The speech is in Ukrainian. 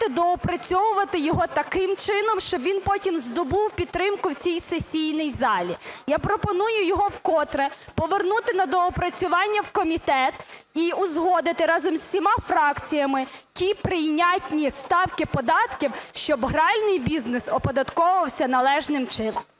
доопрацьовувати його таким чином, щоб він потім здобув підтримку в цій сесійній залі. Я пропоную його вкотре повернути на доопрацювання в комітет і узгодити разом із усіма фракціями ті прийнятні ставки податків, щоб гральний бізнес оподатковувався належним чином.